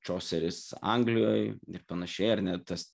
čoseris anglijoj ir panašiai ar ne tas